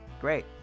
Great